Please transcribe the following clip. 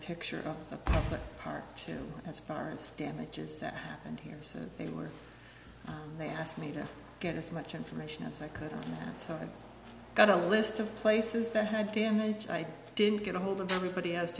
picture of part two as far as damages that happened here so they were they asked me to get as much information as i could and so i got a list of places that had damage i didn't get ahold of everybody